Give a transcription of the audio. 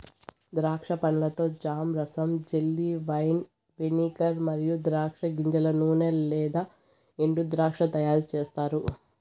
ద్రాక్ష పండ్లతో జామ్, రసం, జెల్లీ, వైన్, వెనిగర్ మరియు ద్రాక్ష గింజల నూనె లేదా ఎండుద్రాక్ష తయారుచేస్తారు